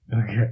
Okay